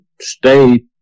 stay